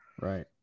right